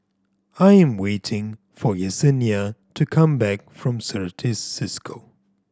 I am waiting for Yessenia to come back from Certis Cisco